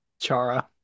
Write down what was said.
Chara